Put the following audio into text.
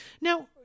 Now